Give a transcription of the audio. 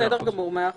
בסדר גמור, מאה אחוז.